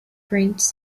prints